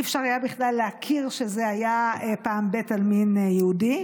לא היה אפשר בכלל להכיר שזה היה פעם בית עלמין יהודי,